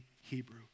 Hebrew